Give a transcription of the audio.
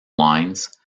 lines